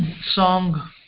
song